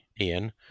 Ian